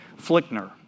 Flickner